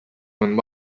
when